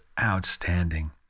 outstanding